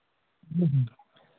जी जी